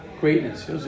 greatness